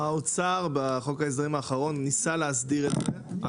האוצר בחוק ההסדרים האחרון ניסה להסדיר את זה.